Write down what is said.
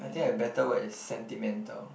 I think a better word is sentimental